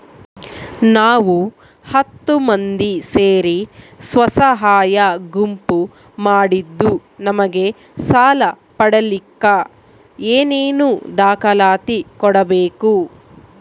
ನಾವು ಹತ್ತು ಮಂದಿ ಸೇರಿ ಸ್ವಸಹಾಯ ಗುಂಪು ಮಾಡಿದ್ದೂ ನಮಗೆ ಸಾಲ ಪಡೇಲಿಕ್ಕ ಏನೇನು ದಾಖಲಾತಿ ಕೊಡ್ಬೇಕು?